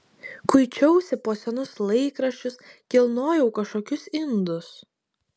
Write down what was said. kuičiausi po senus laikraščius kilnojau kažkokius indus